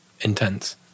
intense